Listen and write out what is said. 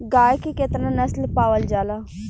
गाय के केतना नस्ल पावल जाला?